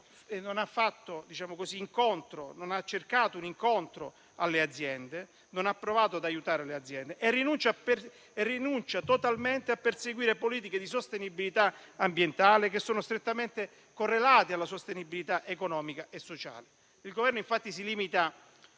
non è andato incontro alle aziende, non ha provato ad aiutarle rinunciando totalmente a perseguire politiche di sostenibilità ambientale, che sono strettamente correlate alla sostenibilità economica e sociale. Il Governo, infatti, si limita